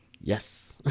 Yes